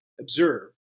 observe